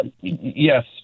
Yes